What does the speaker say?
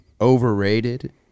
overrated